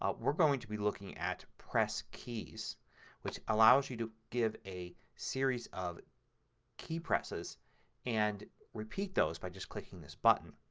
ah we're going to be looking at press keys which allows you to give a series of key presses and repeat those by just clicking this button.